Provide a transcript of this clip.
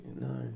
no